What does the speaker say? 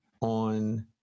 on